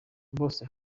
bose